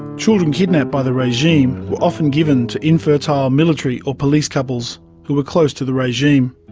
children kidnapped by the regime were often given to infertile military or police couples who were close to the regime.